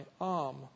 arm